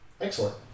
Excellent